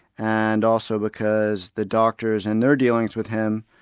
and also because the doctors in their dealings with him,